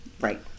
Right